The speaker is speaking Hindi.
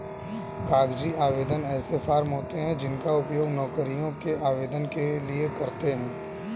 कागजी आवेदन ऐसे फॉर्म होते हैं जिनका उपयोग नौकरियों के आवेदन के लिए करते हैं